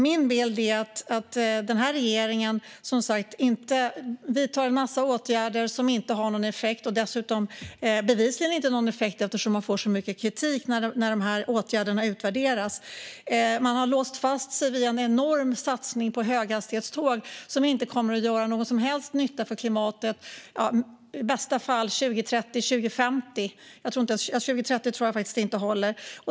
Min bild är att regeringen som sagt vidtar en massa åtgärder som inte har någon effekt och som bevisligen inte har det eftersom man får så mycket kritik när åtgärderna utvärderas. Man har låst fast sig vid en enorm satsning på höghastighetståg som inte kommer att göra någon som helst nytta för klimatet. I bästa fall blir det 2030 eller 2050 - 2030 tror jag faktiskt inte håller.